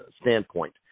standpoint